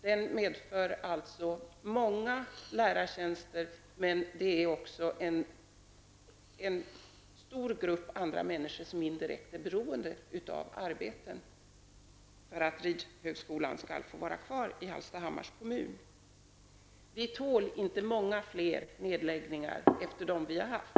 Den medför alltså många lärartjänster, men det rör sig också om en stor grupp andra människor som indirekt är beroende av arbete om ridskolan skall kunna vara kvar i Hallstahammars kommun. Vi tål inte många fler nedläggningar efter dem vi har haft.